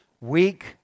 Weak